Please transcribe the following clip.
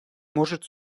может